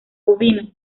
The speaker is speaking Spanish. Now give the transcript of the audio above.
bovino